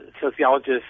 sociologists